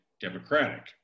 Democratic